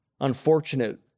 unfortunate